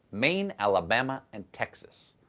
maine, alabama and texas.